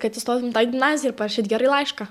kad įstotum į tą gimnaziją ir parašyt gerai laišką